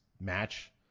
match